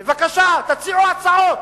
בבקשה, תציעו הצעות.